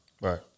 right